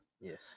Yes